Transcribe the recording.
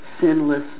sinless